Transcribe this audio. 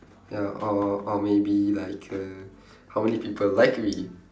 ya or or maybe like err how many people like me